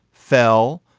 fell,